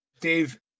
Dave